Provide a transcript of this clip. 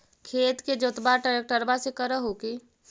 खेत के जोतबा ट्रकटर्बे से कर हू की?